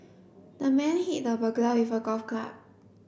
the man hit the burglar with a golf club